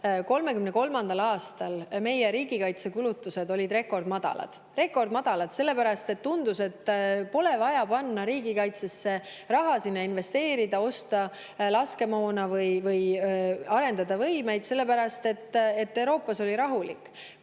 1933. aastal olid meie riigikaitsekulutused rekordmadalad. Rekordmadalad sellepärast, et tundus, nagu poleks vaja panna riigikaitsesse raha, sinna investeerida, osta laskemoona või arendada võimeid, sest Euroopas oli rahulik.